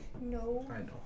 No